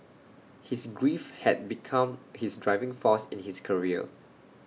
his grief had become his driving force in his career